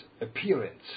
appearance